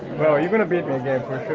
no, you gonna beat me again for sure.